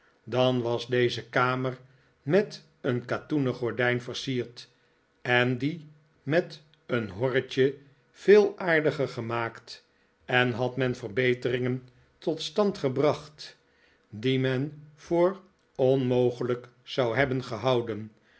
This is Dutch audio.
dan was deze kamer met een katoenen gordijn versierd en die met een horretje veel aardiger gemaakt en had men verbeteringen tot stand gebracht die men voor onmogelijk zou hebben gehouden